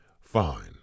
fine